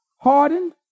hardened